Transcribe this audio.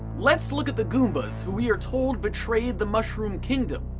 let's look at the goomba's who we are told betrayed the mushroom kingdom.